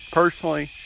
personally